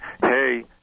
hey